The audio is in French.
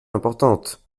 importante